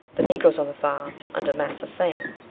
the negroes on the farm, under marser sam,